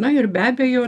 na ir be abejo